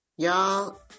Y'all